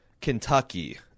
Kentucky